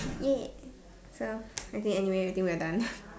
!yay! so okay anyway I think we are done